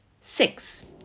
six